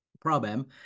problem